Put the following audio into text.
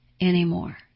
anymore